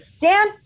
Dan